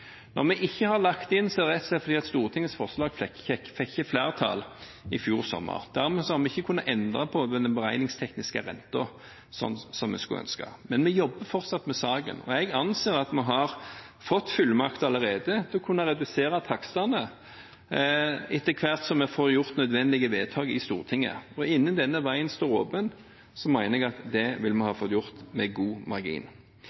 Når vi ikke har lagt det inn, er det rett og slett fordi forslaget ikke fikk flertall i Stortinget i fjor sommer. Dermed har vi ikke kunnet endre på den beregningstekniske renten sånn som vi skulle ønske. Men vi jobber fortsatt med saken. Jeg anser at vi har fått fullmakt allerede til å kunne redusere takstene etter hvert som vi får gjort nødvendige vedtak i Stortinget. Innen denne veien står åpen, mener jeg at det vil vi ha fått gjort med god margin.